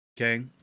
Okay